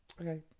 Okay